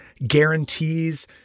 guarantees